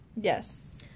Yes